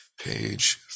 page